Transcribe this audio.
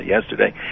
yesterday